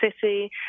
City